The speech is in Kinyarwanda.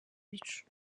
bicu